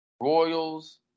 Royals